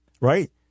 right